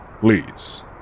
Please